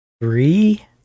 Three